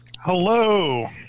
Hello